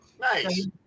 Nice